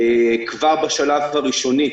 כבר בשלב הראשוני,